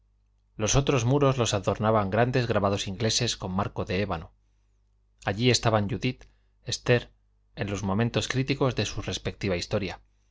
los otros muros los adornaban grandes grabados ingleses con marco de ébano allí estaban judit ester dalila y rebeca en los momentos críticos de su respectiva historia